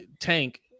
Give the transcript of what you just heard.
Tank